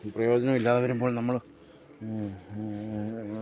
പ്രയോജനം ഇല്ലാതെ വരുമ്പോൾ നമ്മൾ